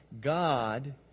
God